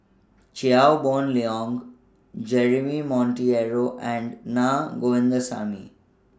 Chia Boon Leong Jeremy Monteiro and Naa Govindasamy